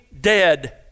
dead